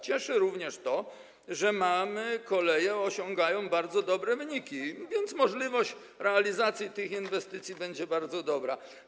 Cieszy również to, że koleje osiągają bardzo dobre wyniki, więc możliwość realizacji tych inwestycji będzie bardzo dobra.